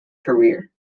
career